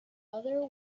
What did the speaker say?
other